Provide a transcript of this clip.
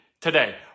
today